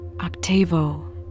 Octavo